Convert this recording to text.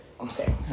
Okay